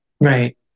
Right